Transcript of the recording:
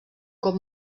cop